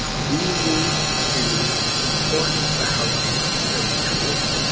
we need to support the housing that we create.